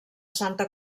santa